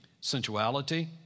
sensuality